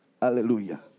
Hallelujah